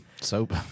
Soap